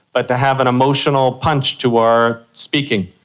but to have an emotional punch to our speaking.